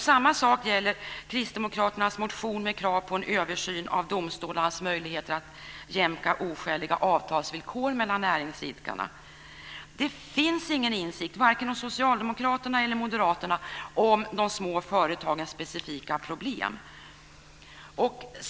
Samma sak gäller Kristdemokraternas motion med krav på en översyn av domstolarnas möjligheter att jämka oskäliga avtalsvillkor mellan näringsidkarna. Det finns ingen insikt, varken hos Socialdemokraterna eller hos Moderaterna, om de små företagens specifika problem.